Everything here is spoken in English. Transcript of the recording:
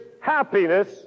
happiness